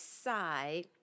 side